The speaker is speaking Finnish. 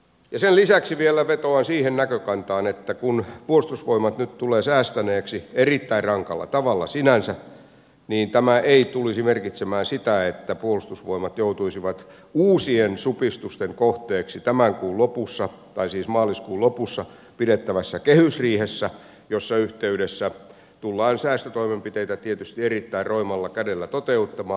sen lisäksi vielä vetoan siihen näkökantaan että kun puolustusvoimat nyt tulee säästäneeksi erittäin rankalla tavalla sinänsä niin tämä ei tulisi merkitsemään sitä että puolustusvoimat joutuisi uusien supistusten kohteeksi tämän kuun lopussa tai siis maaliskuun lopussa pidettävässä kehysriihessä jossa yhteydessä tullaan säästötoimenpiteitä tietysti erittäin roimalla kädellä toteuttamaan